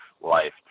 life